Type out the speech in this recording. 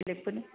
बेलेगफोरनि